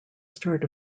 start